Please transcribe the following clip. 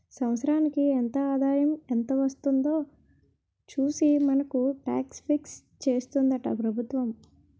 సంవత్సరానికి ఎంత ఆదాయం ఎంత వస్తుందో చూసి మనకు టాక్స్ ఫిక్స్ చేస్తుందట ప్రభుత్వం